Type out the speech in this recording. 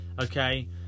okay